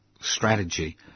strategy